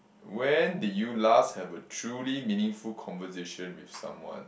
when did you last have a truly meaningful conversation with someone